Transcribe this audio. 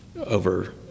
over